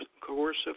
coercive